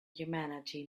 humanity